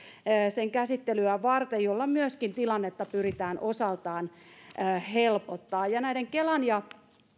sen käsittelyä varten uudet suositukset joilla myöskin tilannetta pyritään osaltaan helpottamaan ja kelan ja